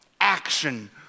action